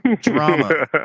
drama